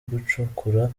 gucukura